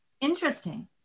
Interesting